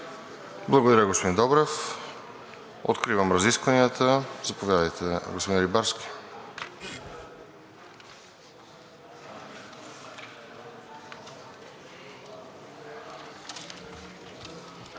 Благодаря, господин Добрев. Откривам разискванията. Заповядайте, господин Рибарски.